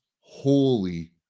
holy